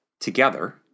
together